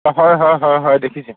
অঁ হয় হয় হয় হয় দেখিছে